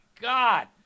God